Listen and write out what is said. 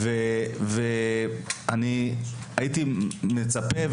הייתי מצפה,